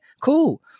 cool